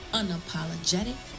unapologetic